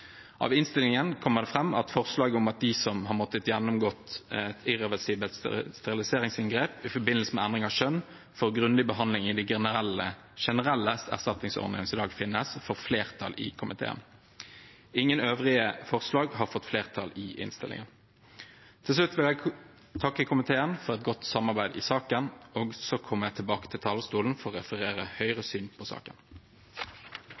Av innstillingen kommer det fram at komiteens tilråding, forslaget om at de som har måttet gjennomgå irreversibelt steriliseringsinngrep i forbindelse med endring av kjønn, får grundig behandling innenfor de generelle erstatningsordningene som i dag finnes, får flertall. Ingen øvrige forslag har fått flertall i innstillingen. Til slutt vil jeg takke komiteen for et godt samarbeid i saken. Så kommer jeg tilbake til talerstolen for å referere